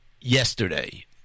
yesterday